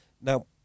Now